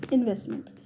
Investment